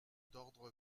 d’ordre